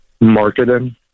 Marketing